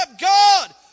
God